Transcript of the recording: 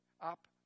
up